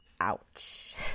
ouch